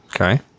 Okay